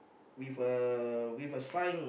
with a with a sign